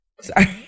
Sorry